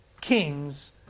kings